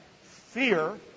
Fear